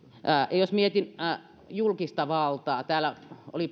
jos mietin julkista valtaa niin täällä oli